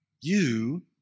You